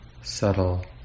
subtle